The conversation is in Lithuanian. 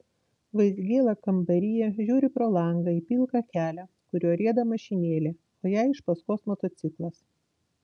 vaizgėla kambaryje žiūri pro langą į pilką kelią kuriuo rieda mašinėlė o jai iš paskos motociklas